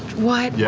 what? yeah